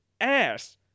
ass